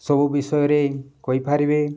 ସବୁ ବିଷୟରେ କହିପାରିବେ